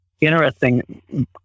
interesting